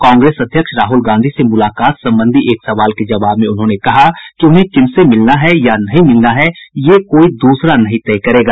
कांग्रेस अध्यक्ष राहुल गांधी से मूलाकात संबंधी एक सवाल के जवाब में उन्होंने कहा कि उन्हें किनसे मिलना है या नहीं मिलना है ये कोई दूसरा नहीं तय करेगा